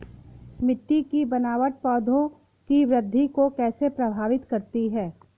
मिट्टी की बनावट पौधों की वृद्धि को कैसे प्रभावित करती है?